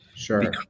Sure